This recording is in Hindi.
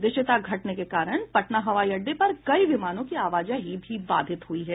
दृश्यता घटने के कारण पटना हवाई अड्डे पर कई विमानों की आवाजाही भी बाधित हुई है